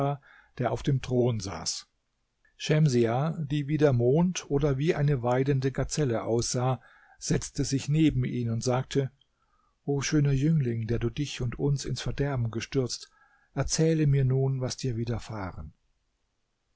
der auf dem thron saß schemsiah die wie der mond oder wie eine weidende gazelle aussah setzte sich neben ihn und sagte o schöner jüngling der du dich und uns ins verderben gestürzt erzähle mir nun was dir widerfahren